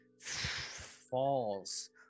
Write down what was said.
falls